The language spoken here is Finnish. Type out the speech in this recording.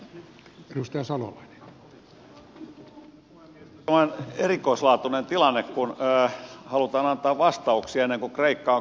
tämä on erikoislaatuinen tilanne kun halutaan antaa vastauksia ennen kuin kreikka on kysynyt